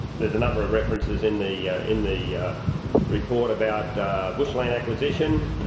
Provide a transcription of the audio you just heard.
there's a number of references in the in the report about bushland acquisition.